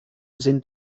sind